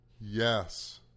yes